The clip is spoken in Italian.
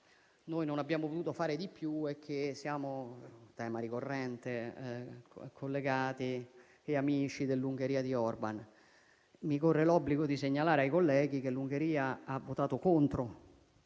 non abbiamo potuto fare di più è che - tema ricorrente - siamo collegati e amici dell'Ungheria di Orban. Mi corre l'obbligo di segnalare ai colleghi che l'Ungheria ha votato contro